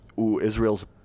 Israel's